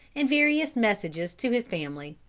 and various messages to his family.